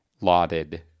lauded